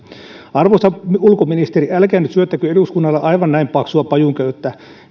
arvoisa ulkoministeri älkää nyt syöttäkö eduskunnalle aivan näin paksua pajunköyttä